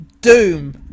DOOM